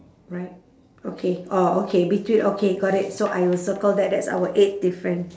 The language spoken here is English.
right okay orh okay between okay got it so I will circle that that's our eighth different